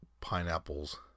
pineapples